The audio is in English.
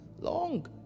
long